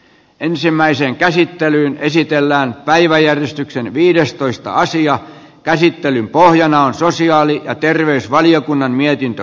ensimmäiseen käsittelyyn esitellään päiväjärjestyksen viidestoista asian käsittelyn pohjana on sosiaali ja terveysvaliokunnan mietintö